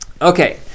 Okay